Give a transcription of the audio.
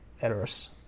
errors